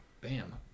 Bam